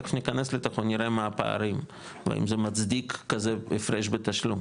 תיכף ניכנס ונראה מה הפערים ואם זה מצדיק כזה הפרש בתשלום.